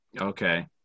Okay